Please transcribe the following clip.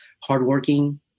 hardworking